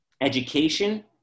education